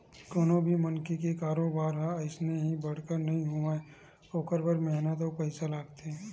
कोनो भी मनखे के कारोबार ह अइसने ही बड़का नइ होवय ओखर बर मेहनत अउ पइसा लागथे